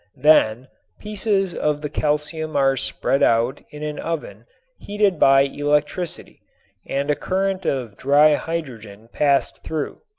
then pieces of the calcium are spread out in an oven heated by electricity and a current of dry hydrogen passed through.